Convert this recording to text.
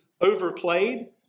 overplayed